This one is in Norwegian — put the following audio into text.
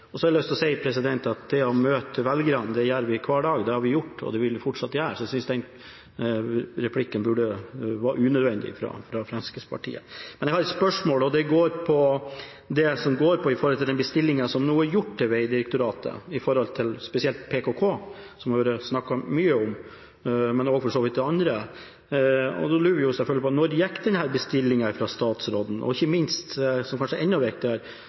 har også lyst til å si at det å møte velgerne, det gjør vi hver dag, det har vi gjort, og det vil vi fortsatt gjøre, så jeg synes den replikken fra Fremskrittspartiet var unødvendig. Men jeg har et spørsmål, og det går på den bestillingen som nå er sendt til Vegdirektoratet, spesielt når det gjelder PKK, som det har vært snakket mye om, men for så vidt også om det andre. Da lurer vi selvfølgelig på: Når gikk denne bestillingen fra statsråden? Og ikke minst, noe som kanskje